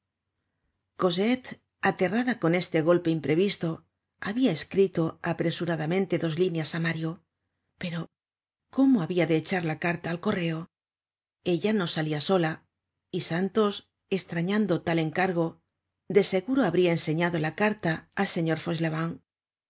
cosette aterrada con este golpe imprevisto habia escrito apresuradamente dos líneas á mario pero cómo habia de echar la carta al correo ella no salia sola y santos estrañando tal encargo de seguro habria enseñado la carta al señor